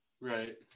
Right